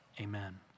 amen